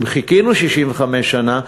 אם חיכינו 65 שנה,